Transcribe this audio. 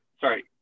Sorry